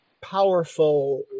powerful